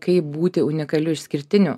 kaip būti unikaliu išskirtiniu